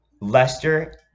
leicester